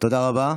תודה רבה.